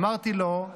אמרתי לו: